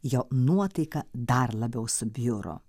jo nuotaika dar labiau subjuro